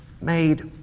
made